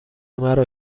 مرا